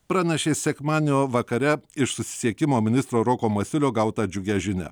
pranešė sekmadienio vakare iš susisiekimo ministro roko masiulio gautą džiugią žinią